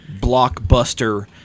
blockbuster